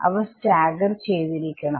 അവ സ്റ്റാഗർ ചെയ്തിരിക്കണം